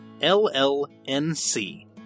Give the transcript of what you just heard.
LLNC